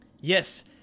Yes